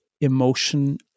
emotion